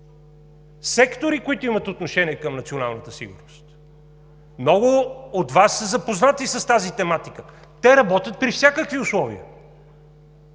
сектори, които имат отношение към националната сигурност! Много от Вас са запознати с тази тематика – те работят при всякакви условия.